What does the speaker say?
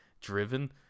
driven